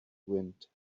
wind